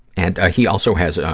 and he also has,